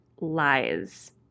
lies